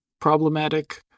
problematic